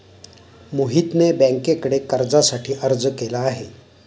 मोहितने बँकेकडे कर्जासाठी अर्ज केला आहे